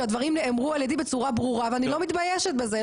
שהדברים נאמרו על ידי בצורה ברורה ואני לא מתביישת על זה,